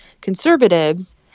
conservatives